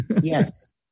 Yes